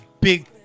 big